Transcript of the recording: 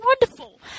wonderful